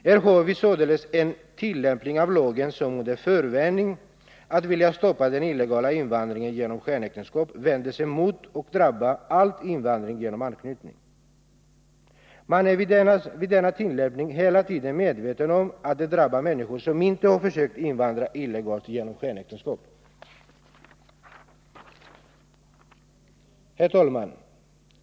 Här har vi således en tillämpning av lagen som, under förevändning av att vilja stoppa den illegala invandringen genom skenäktenskap, vänder sig mot och drabbar all invandring genom anknytning. Man är vid denna tillämpning hela tiden medveten om att det drabbar människor som inte har försökt invandra illegalt genom skenäktenskap. Herr talman!